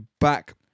back